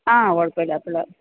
ആ കുഴപ്പമില്ലാത്തുള്ളത്